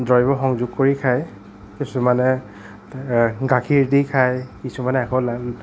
দ্ৰব্য সংযোগ কৰি খায় কিছুমানে গাখীৰ দি খায় কিছুমানে আকৌ লাল